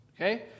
okay